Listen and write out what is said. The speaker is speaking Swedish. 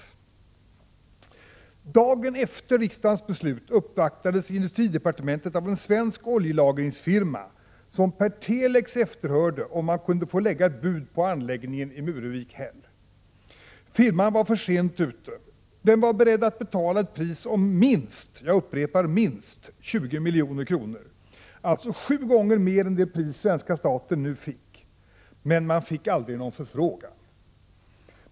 Dagen efter riksdagens beslut uppvaktades industridepartementet av en svensk oljelagringsfirma, som per telex efterhörde om man kunde få lägga ett bud på anläggningen i Muruvik/Hell. Firman var för sent ute. Den var beredd att betala ett pris om minst 20 milj.kr. — alltså sju gånger mer än det pris svenska staten nu fick — men fick aldrig någon förfrågan.